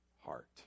heart